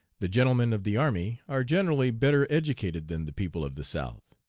the gentlemen of the army are generally better educated than the people of the south